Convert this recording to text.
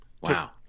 Wow